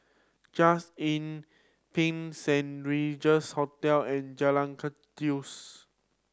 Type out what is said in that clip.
Just Inn Pine Saint Regis Hotel and Jalan Kandis